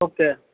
okay